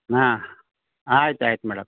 ಹಾಂ ಆಯ್ತು ಆಯ್ತು ಮೇಡಮ್